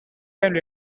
time